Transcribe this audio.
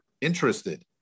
interested